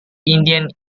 indian